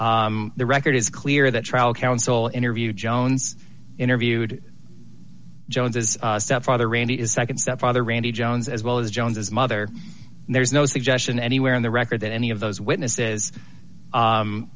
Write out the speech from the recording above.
sister the record is clear that trial counsel interviewed jones interviewed jones as stepfather randy is nd stepfather randy jones as well as jones as mother there is no suggestion anywhere in the record that any of those witnesses